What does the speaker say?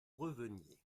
reveniez